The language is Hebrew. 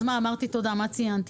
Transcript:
אז מה, אמרתי "תודה", מה ציינתי?